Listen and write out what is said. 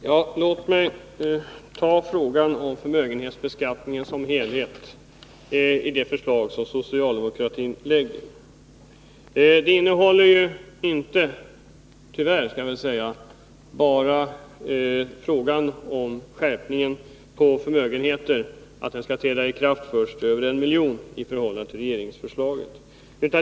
Herr talman! Låt mig ta upp hela det förslag till förmögenhetsbeskattning — Vjllabeskatt som socialdemokraterna framlägger! Det innehåller tyvärr inte bara förslag om en skärpning av skatten på förmögenheter över 1 milj.kr.